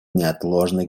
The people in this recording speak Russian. неотложной